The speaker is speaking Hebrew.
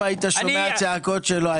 אם היית שומע צעקות שלו,